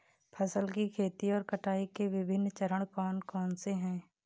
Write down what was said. फसल की खेती और कटाई के विभिन्न चरण कौन कौनसे हैं?